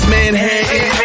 Manhattan